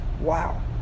Wow